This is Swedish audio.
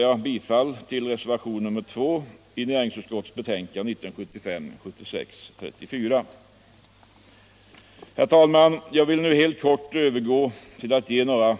Jag vill nu övergå till att helt kort anföra några